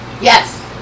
Yes